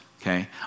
okay